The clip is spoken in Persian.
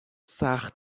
سخت